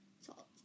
salt